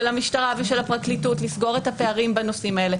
המשטרה ושל הפרקליטות לסגור את הפערים בנושאים האלה,